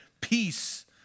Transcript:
peace